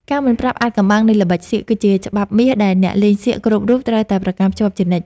ការមិនប្រាប់អាថ៌កំបាំងនៃល្បិចសៀកគឺជាច្បាប់មាសដែលអ្នកលេងសៀកគ្រប់រូបត្រូវតែប្រកាន់ខ្ជាប់ជានិច្ច។